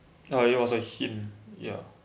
no it was a him ya